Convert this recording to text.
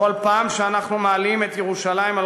בכל פעם שאנחנו מעלים את ירושלים על